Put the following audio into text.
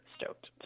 stoked